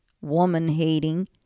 Woman-hating